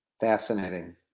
Fascinating